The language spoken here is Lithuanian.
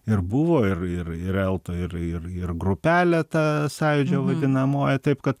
ir buvo ir ir ir eltoj ir ir ir grupelė ta sąjūdžio vadinamoji taip kad